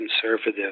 conservative